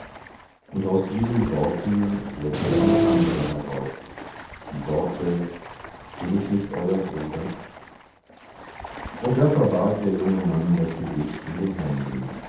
und aus diesen worten hörte er noch andere heraus die worte bin ich nicht euer bruder und da verbarg der junge mann das gesicht in den händen